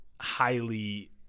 highly